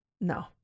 No